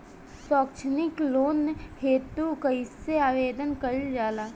सैक्षणिक लोन हेतु कइसे आवेदन कइल जाला?